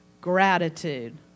gratitude